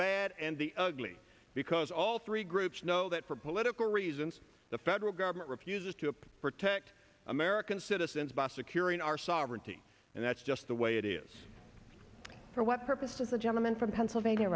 bad and the ugly because all three groups know that for political reasons the federal government refuses to up protect american citizens by securing our sovereignty and that's just the way it is for what purpose does the gentleman from pennsylvania